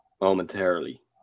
momentarily